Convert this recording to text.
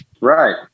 right